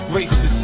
Racist